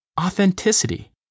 authenticity